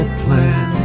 plan